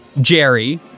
Jerry